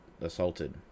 assaulted